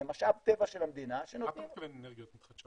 זה משאב טבע של המדינה שנותנים --- למה אתה מתכוון אנרגיות מתחדשות?